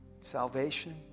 salvation